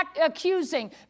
accusing